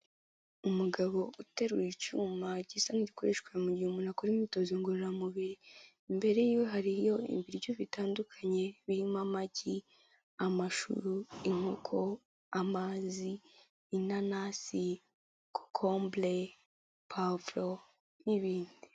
Umugabo uterura icyuma a gisa n'ikoreshwa mu gihe umuntu akora imyitozo ngororamubiri mbere hariyo ibiryo bitandukanye birimo amagi, amashuru, inkoko, amazi inanasi, kokombure, pavuro n'ibindi.